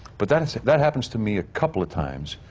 but that that happens to me a couple of times,